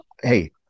hey